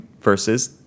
versus